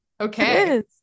Okay